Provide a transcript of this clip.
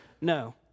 No